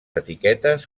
etiquetes